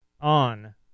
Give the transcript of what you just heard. on